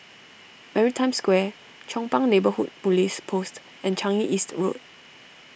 Maritime Square Chong Pang Neighbourhood Police Post and Changi East Road